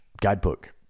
guidebook